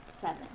Seven